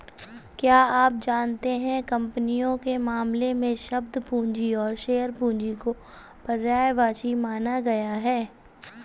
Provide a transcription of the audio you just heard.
क्या आप जानते है कंपनियों के मामले में, शब्द पूंजी और शेयर पूंजी को पर्यायवाची माना गया है?